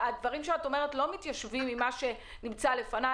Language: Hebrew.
הדברים שאת אומרת לא מתיישבים עם מה שנמצא לפניי,